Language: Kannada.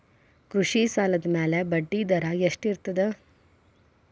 ಕೃಷಿ ಸಾಲದ ಮ್ಯಾಲೆ ಬಡ್ಡಿದರಾ ಎಷ್ಟ ಇರ್ತದ?